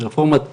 רפורמת כשרות,